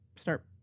Start